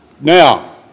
Now